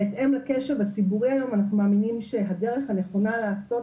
בהתאם לקשב הציבורי היום אנחנו מאמינים שהדרך הנכונה לעשות